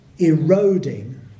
eroding